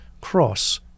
Cross